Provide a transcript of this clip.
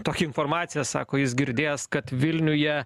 tokią informaciją sako jis girdėjęs kad vilniuje